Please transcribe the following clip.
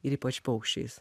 ir ypač paukščiais